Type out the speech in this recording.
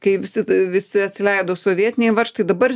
kai visi visi atsileido sovietiniai varžtai dabar